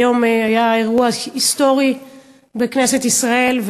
היום היה אירוע היסטורי בכנסת ישראל,